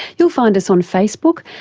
you'll find us on facebook,